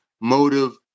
motive